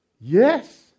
Yes